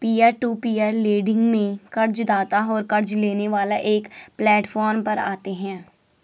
Peer to peer lending में कर्ज़दाता और क़र्ज़ लेने वाला एक प्लैटफॉर्म पर आते है?